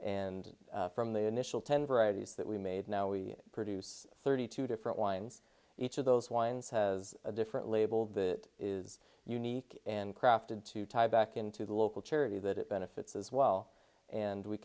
and from the initial ten varieties that we made now we produce thirty two different wines each of those winds has a different label that is unique and crafted to tie back into the local charity that it benefits as well and we